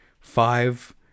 Five